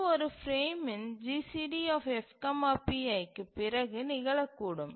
இது ஒரு பிரேமின் GCD F pi க்குப் பிறகு நிகழக்கூடும்